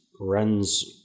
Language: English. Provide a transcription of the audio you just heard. runs